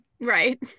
Right